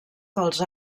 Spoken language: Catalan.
dels